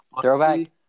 Throwback